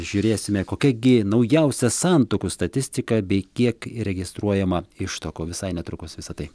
žiūrėsime kokia gi naujausia santuokų statistika bei kiek įregistruojama ištuokų visai netrukus visa tai